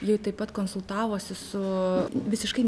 ji taip pat konsultavosi su visiškai